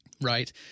right